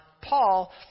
Paul